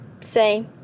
say